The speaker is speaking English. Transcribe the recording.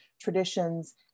traditions